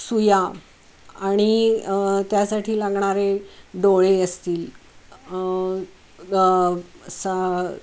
सुया आणि त्यासाठी लागणारे डोळे असतील ग सा